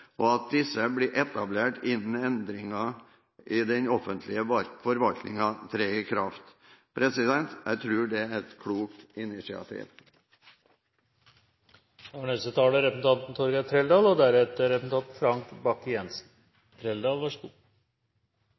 og at disse blir etablert innen endringene i den offentlige forvaltningen trer i kraft. Jeg tror det er et klokt initiativ. Fremskrittspartiet støtter regjeringens forslag og synes det er